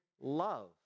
love